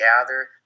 gather